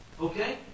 Okay